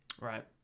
Right